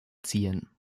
ziehen